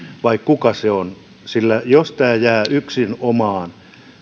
vai kuka se on jos tämä jää yksinomaan